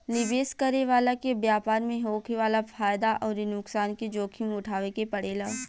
निवेश करे वाला के व्यापार में होखे वाला फायदा अउरी नुकसान के जोखिम उठावे के पड़ेला